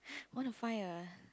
want to find a